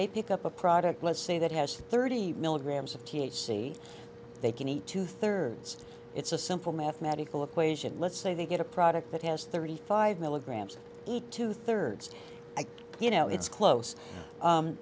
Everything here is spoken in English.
they pick up a product let's say that has thirty milligrams of t h c they can eat two thirds it's a simple mathematical equation let's say they get a product that has thirty five milligrams eat two thirds you know it's close